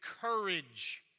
courage